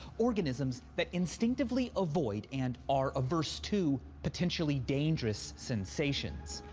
organisms that instinctively avoid and are averse to potentially dangerous sensations.